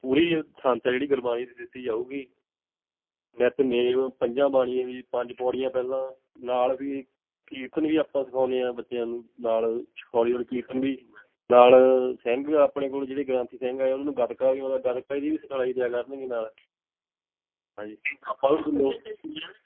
ਪੂਰੀ ਸੰਥਿਆ ਜਿਹੜੀ ਗੁਰਬਾਣੀ ਦੀ ਦਿੱਤੀ ਜਾਊਗੀ ਨਿਤਨੇਮ ਪੰਜਾਂ ਬਾਣੀਆਂ ਦੀ ਪੰਜ ਪੌੜੀਆਂ ਪਹਿਲਾਂ ਨਾਲ ਵੀ ਕੀਰਤਨ ਵੀ ਆਪਾਂ ਸਿਖਾਉਂਦੇ ਹਾਂ ਬੱਚਿਆਂ ਨੂੰ ਨਾਲ ਹੌਲੀ ਹੌਲੀ ਕੀਰਤਨ ਵੀ ਨਾਲ ਸਿੰਘ ਆਪਣੇ ਕੋਲ ਜਿਹੜੇ ਗ੍ਰੰਥੀ ਸਿੰਘ ਆਏ ਉਹਨਾਂ ਨੂੰ ਗੱਤਕਾ ਵੀ ਆਉਂਦਾ ਗੱਤਕਾ ਦੀ ਵੀ ਸਿਖਲਾਈ ਦਿਆ ਕਰਨਗੇ ਨਾਲ ਹਾਂਜੀ